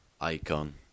icon